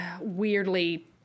weirdly